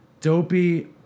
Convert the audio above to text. Dopey